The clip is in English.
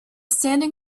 standing